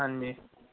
ਹਾਂਜੀ